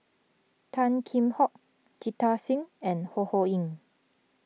Tan Kheam Hock Jita Singh and Ho Ho Ying